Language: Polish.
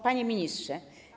Panie Ministrze!